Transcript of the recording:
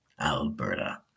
Alberta